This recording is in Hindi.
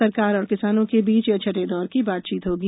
सरकार और किसानों के बीच यह छठे दौर की बातचीत होगी